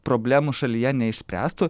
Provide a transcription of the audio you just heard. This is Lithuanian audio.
problemų šalyje neišspręstų